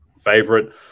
favorite